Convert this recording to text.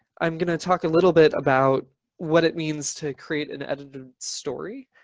i'm going to talk a little bit about what it means to create an editor story.